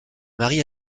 marie